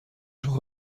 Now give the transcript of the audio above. شما